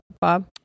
Bob